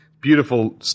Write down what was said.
Beautiful